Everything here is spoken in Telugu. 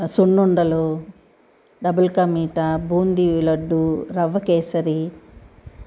సున్నుండలు డబుల్కా మీఠా బూందీ లడ్డు రవ్వ కేసరి